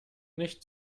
nicht